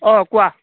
অঁ কোৱা